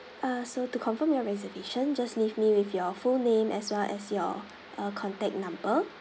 uh so to confirm your reservation just leave me with your full name as well as your uh contact number